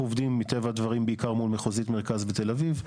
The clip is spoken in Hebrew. אנחנו עובדים מטבע הדברים בעיקר מול מחוזית מרכז בתל אביב.